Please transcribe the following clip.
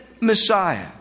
Messiah